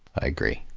i agree.